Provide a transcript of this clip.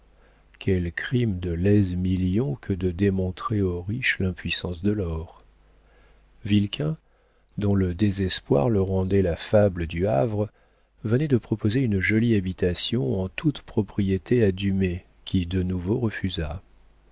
quel crime de lèse million que de démontrer aux riches l'impuissance de l'or vilquin dont le désespoir le rendait la fable du havre venait de proposer une jolie habitation en toute propriété à dumay qui de nouveau refusa